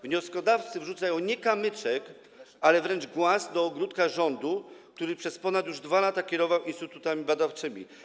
Wnioskodawcy wrzucają nie kamyczek, ale wręcz głaz do ogródka rządu, który już przez ponad 2 lata kierował instytutami badawczymi.